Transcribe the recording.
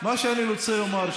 מה שאני רוצה לומר,